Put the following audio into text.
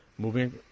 Moving